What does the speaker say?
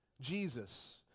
Jesus